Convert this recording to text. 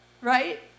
right